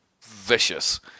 vicious